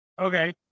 Okay